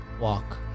walk